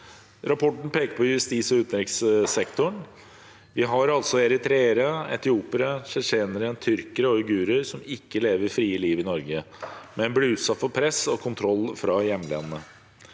Rapporten peker på justis- og utenrikssektoren. Vi har altså eritreere, etiopiere, tsjetsjenere, tyrkere og uigurer som ikke lever frie liv i Norge, men blir utsatt for press og kontroll fra hjemlandet.